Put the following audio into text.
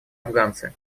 афганцы